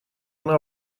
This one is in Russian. она